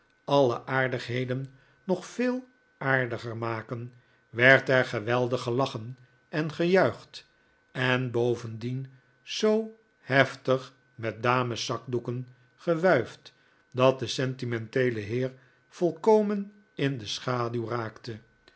alle aardigheden nog veel aardiger maken werd er geweldig gelachen en gejuicht en bovendien zoo heftig met dameszakdoeken gewuift dat de sentimenteele heer volkomen in de schaduw raakte